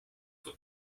for